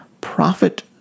profit